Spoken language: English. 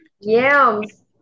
Yams